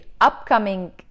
upcoming